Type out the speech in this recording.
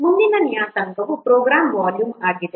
ಮುಂದಿನ ನಿಯತಾಂಕವು program volume ಆಗಿದೆ